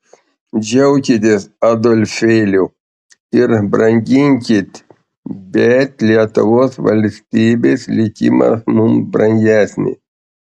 džiaukitės adolfėliu ir branginkit bet lietuvos valstybės likimas mums brangesnis